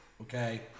okay